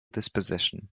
disposition